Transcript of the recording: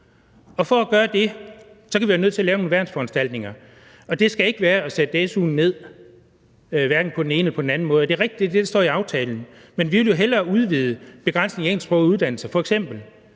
For at gøre det kan vi være nødt til at lave nogle værnsforanstaltninger, og det skal ikke være at sætte su'en ned, hverken på den ene eller den anden måde, og det, der står i aftalen, er rigtigt. Men vi vil jo hellere udvide begrænsningen i engelsksprogede uddannelser f.eks.